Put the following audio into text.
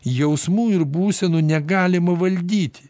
jausmų ir būsenų negalima valdyti